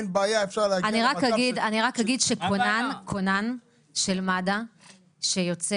אין בעיה -- אני רק אגיד שכונן של מד"א שיוצא